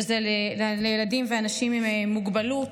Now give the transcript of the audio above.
שזה לילדים ואנשים עם מוגבלות,